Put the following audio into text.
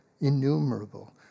innumerable